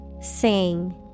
Sing